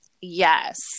Yes